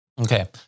Okay